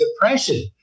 depression